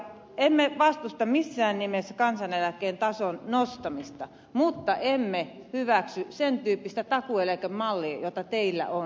emme vastusta missään nimessä kansaneläkkeen tason nostamista mutta emme hyväksy sen tyyppistä takuueläkemallia joka teillä on